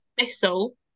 Thistle